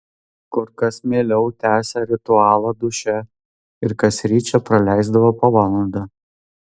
kur kas mieliau tęsė ritualą duše ir kasryt čia praleisdavo po valandą